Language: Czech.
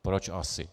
Proč asi?